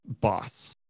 boss